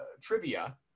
trivia